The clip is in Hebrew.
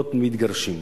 מהזוגות מתגרשים.